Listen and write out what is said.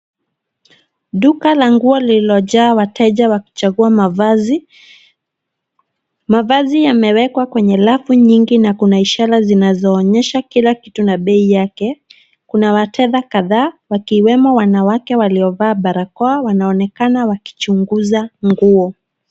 Duka la nguo lililojaa wateja wakichagua mavazi. Mavazi yamewekwa kwenye rafu nyingi na kuna ishara zinazoonyesha kila kitu na bei yake. Kuna wateja kadhaa wakiwemo wanawake waliovaa barakoa wanaonekana wakichunguza nguo.